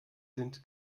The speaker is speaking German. sind